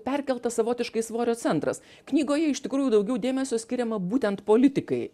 perkeltas savotiškai svorio centras knygoje iš tikrųjų daugiau dėmesio skiriama būtent politikai